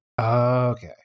Okay